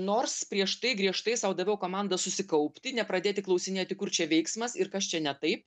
nors prieš tai griežtai sau daviau komandą susikaupti nepradėti klausinėti kur čia veiksmas ir kas čia ne taip